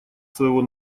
своего